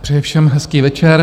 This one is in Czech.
Přeji všem hezký večer.